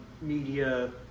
media